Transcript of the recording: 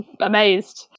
amazed